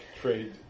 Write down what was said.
trade